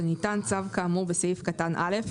וניתן צו כאמור בסעיף קטן (א),